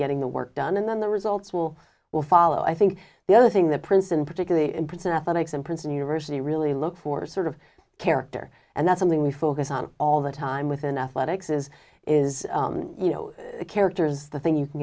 getting the work done and then the results will will follow i think the other thing that princeton particularly in princeton athletics and princeton university really look for sort of character and that's something we focus on all the time with an athletics is is you know characters the thing you can